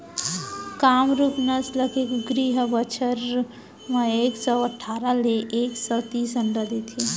कामरूप नसल के कुकरी ह बछर म एक सौ अठारा ले एक सौ तीस अंडा देथे